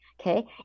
Okay